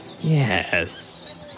Yes